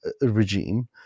regime